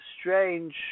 strange